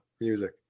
music